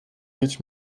mieć